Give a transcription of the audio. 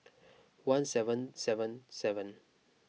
one seven seven seven